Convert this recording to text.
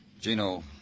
Gino